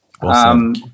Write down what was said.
Awesome